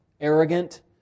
arrogant